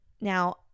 now